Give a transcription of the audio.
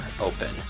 open